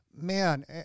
Man